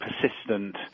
persistent